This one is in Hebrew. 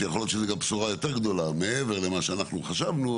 יכול להיות שזו גם בשורה גדולה יותר ממה שאנחנו חשבנו,